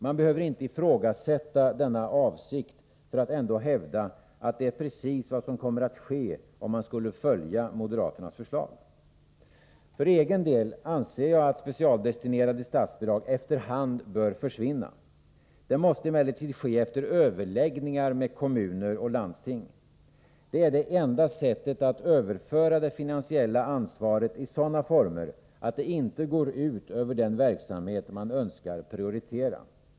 Man behöver inte ifrågasätta denna avsikt för att ändå hävda att detta är precis vad som kommer att ske, om man antar moderaternas förslag. För egen del anser jag att specialdestinerade statsbidrag efter hand bör försvinna. Det måste emellertid ske efter överläggningar med kommuner och landsting. Det är det enda sättet att överföra det finansiella ansvaret i sådana former att det inte går ut över den verksamhet man önskar prioritera.